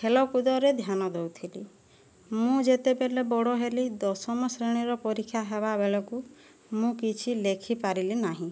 ଖେଳକୁଦରେ ଧ୍ୟାନ ଦେଉଥିଲି ମୁଁ ଯେତେବେଳେ ବଡ଼ ହେଲି ଦଶମ ଶ୍ରେଣୀର ପରୀକ୍ଷା ହେବାବେଳକୁ ମୁଁ କିଛି ଲେଖି ପାରିଲି ନାହିଁ